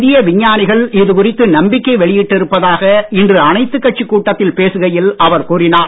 இந்திய விஞ்ஞானிகள் இதுகுறித்து நம்பிக்கை வெளியிட்டிருப்பதாக இன்று அனைத்துக் கட்சிக் கட்டக்தில் பேசுகையில் அவர் கூறினார்